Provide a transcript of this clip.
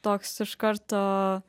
toks iš karto